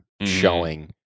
showing